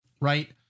right